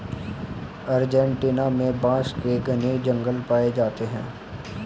Argentina में बांस के घने जंगल पाए जाते हैं